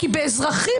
באזרחי,